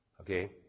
Okay